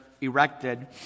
erected